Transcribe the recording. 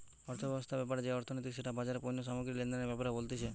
অর্থব্যবস্থা ব্যাপারে যে অর্থনীতি সেটা বাজারে পণ্য সামগ্রী লেনদেনের ব্যাপারে বলতিছে